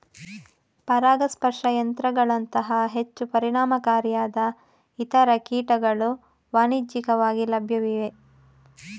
ಪರಾಗಸ್ಪರ್ಶ ಯಂತ್ರಗಳಂತಹ ಹೆಚ್ಚು ಪರಿಣಾಮಕಾರಿಯಾದ ಇತರ ಕೀಟಗಳು ವಾಣಿಜ್ಯಿಕವಾಗಿ ಲಭ್ಯವಿವೆ